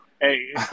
hey